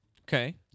Okay